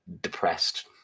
depressed